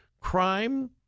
crime